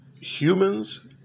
humans